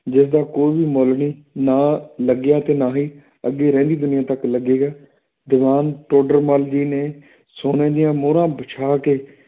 ਜਿਸ ਦਾ ਕੋਈ ਵੀ ਮੁੱਲ ਨਹੀਂ ਨਾ ਲੱਗਿਆ ਅਤੇ ਨਾ ਹੀ ਅੱਗੇ ਰਹਿੰਦੀ ਦੁਨੀਆਂ ਤੱਕ ਲੱਗੇਗਾ ਦਿਵਾਨ ਟੋਡਰ ਮੱਲ ਜੀ ਨੇ ਸੋਨੇ ਦੀਆਂ ਮੋਹਰਾਂ ਵਿਛਾ ਕੇ